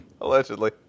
allegedly